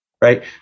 Right